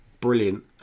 Brilliant